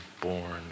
born